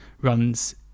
runs